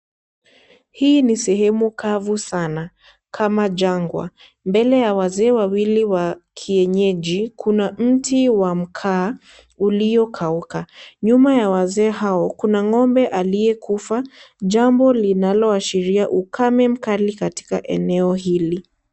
Hii ni sehemu kavu sana, kama jangwa. Mbele ya wazee wawili wa kienyenji, kuna mti wa mkaa uliyokauka. Nyuma ya wazee hao, kuna ng'ombe aliyekufa, jambo linaloashiria ukame mkali katika eneo hili.